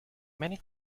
many